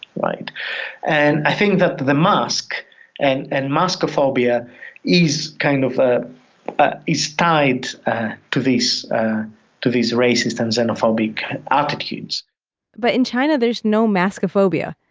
and i think that the mask and and mask-ophobia is kind of ah ah is tied to these to these racist and xenophobic attitudes but in china, there's no mask-ophobia.